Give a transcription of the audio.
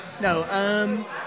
No